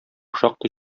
шактый